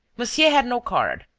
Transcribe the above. monsieur had no card,